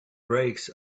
brakes